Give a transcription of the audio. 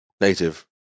native